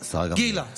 גילה,